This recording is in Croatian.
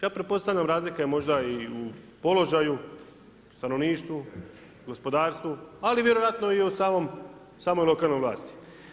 Ja pretpostavljam, razlika je možda i u položaju, stanovništvu, gospodarstvu, ali vjerojatno i u samoj lokalnoj vlasti.